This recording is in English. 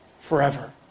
forever